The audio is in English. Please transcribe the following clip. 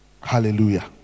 Hallelujah